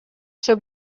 ser